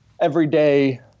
everyday